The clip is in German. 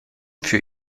für